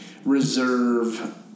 Reserve